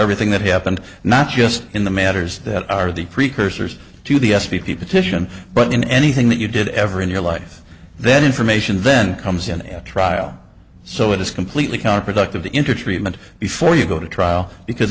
everything that happened not just in the matters that are the precursors to the s p p petition but in anything that you did ever in your life then information then comes in at trial so it is completely counterproductive to into treatment before you go to trial because